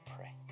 pray